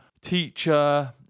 teacher